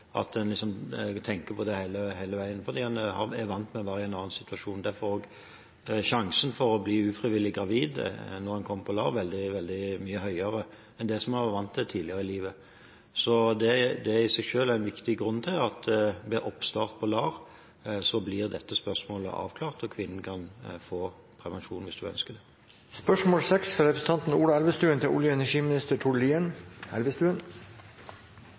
en tenker på det hele veien, fordi en er vant med å være i en annen situasjon. Derfor er sannsynligheten for å bli ufrivillig gravid når en kommer på LAR, veldig mye større enn det en var vant til tidligere i livet. Det i seg selv er en viktig grunn til at dette spørsmålet blir avklart ved oppstart på LAR, og kvinnen kan få prevensjon hvis hun ønsker det. «NVE mottok nylig en rapport som vurderte kvaliteten av biologiske undersøkelser ved småkraftsøknader. Basert på undersøkelser av 20 vassdrag kom det fram store avvik. Antall rødlistede lav og